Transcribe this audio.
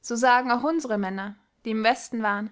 so sagen auch unsere männer die im westen waren